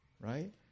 right